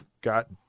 got